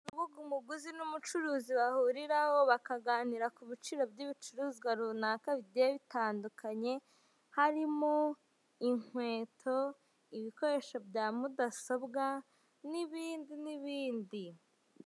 Urubuga umuguzi n'umucuruzi bahuriraho bakaganira ku biciro by'ibicuruzwa runaka bigiye bitandukanye, harimo inkweto, ibikoresho bya mudasobwa n'ibindi n'ibindi.